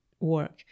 work